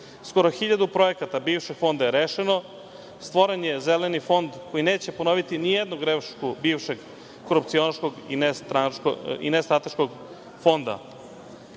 Skoro 1.000 projekata bivšeg fonda je rešeno. Stvoren je Zeleni fond koji neće ponoviti nijednu grešku bivšeg, korupcionaškog i nestrateškog fonda. Mnogo